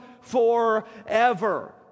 forever